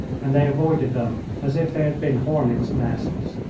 and they avoided them as if they had been hornets' nests.